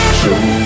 show